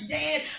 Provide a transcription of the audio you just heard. dead